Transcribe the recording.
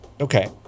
Okay